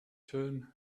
turn